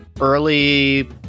early